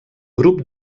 grup